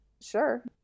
sure